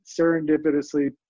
serendipitously